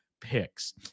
picks